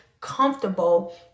comfortable